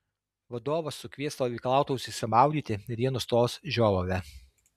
vadovas sukvies stovyklautojus išsimaudyti ir jie nustos žiovavę